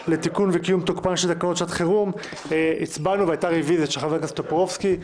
חוק לתיקון וקיום תוקפן של תקנות שעת חירום התש"ף-2020 (מ/1336),